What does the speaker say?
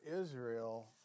Israel